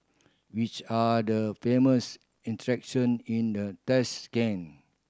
which are the famous attraction in the Tashkent